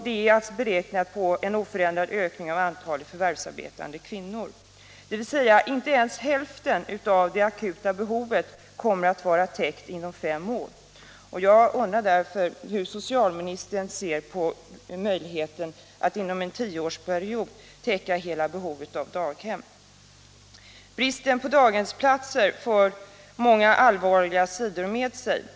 Den siffran är beräknad på en oförändrad ökning av antalet förvärvsarbetande kvinnor. Inte ens hälften av det akuta behovet kommer således att vara täckt inom fem år. Jag undrar därför 47 hur socialministern ser på möjligheten att inom en tioårsperiod täcka hela behovet av daghem. Bristen på daghemsplatser får många allvarliga konsekvenser.